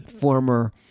former